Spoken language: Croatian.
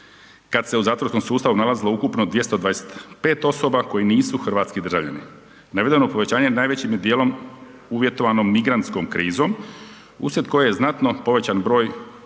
kada se u zatvorskom sustavu nalazilo ukupno 225 osoba koje nisu hrvatski državljani. Navedeno povećanje najvećim je dijelom uvjetovano migrantskom krizom uslijed koje je znatno povećan broj